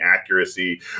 accuracy